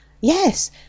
yes